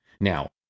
Now